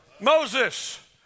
Moses